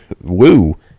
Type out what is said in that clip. Woo